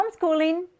homeschooling